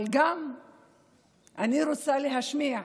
אבל אני גם רוצה להשמיע.